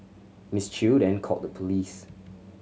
Miss Chew then called the police